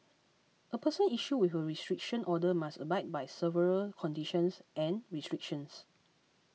a person issued with her restriction order must abide by several conditions and restrictions